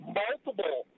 multiple